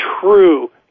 true